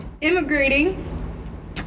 immigrating